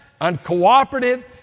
uncooperative